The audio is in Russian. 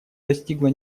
достигла